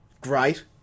great